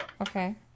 Okay